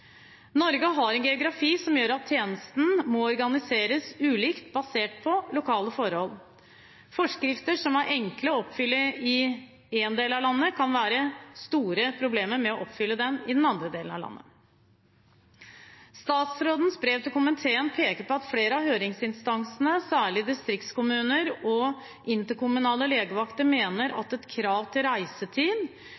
Norge har en geografi som gjør at tjenesten må organiseres ulikt basert på lokale forhold. Forskrifter som er enkle å oppfylle i én del av landet, kan det være store problemer med å oppfylle i andre deler av landet. Statsrådens brev til komiteen peker på at flere av høringsinstansene, særlig distriktskommuner og interkommunale legevakter, mener